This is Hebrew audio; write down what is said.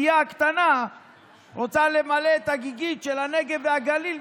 הפייה הקטנה רוצה למלא את הגיגית של הנגב והגליל,